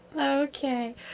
Okay